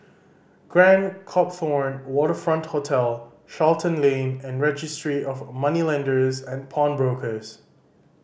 Grand Copthorne Waterfront Hotel Charlton Lane and Registry of Moneylenders and Pawnbrokers